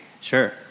Sure